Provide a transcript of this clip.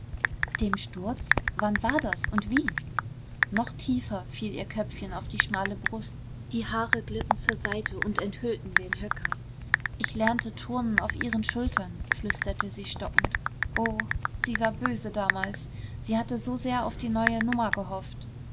dem sturz wann war das und wie noch tiefer fiel ihr köpfchen auf die schmale brust die haare glitten zur seite und enthüllten den höcker ich lernte turnen auf ihren schultern flüsterte sie stockend oh sie war böse damals sie hatte so sehr auf die neue nummer gehofft